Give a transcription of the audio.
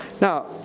Now